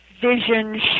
vision